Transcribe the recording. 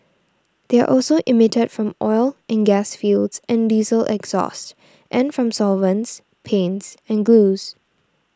they are also emitted from oil and gas fields and diesel exhaust and from solvents paints and glues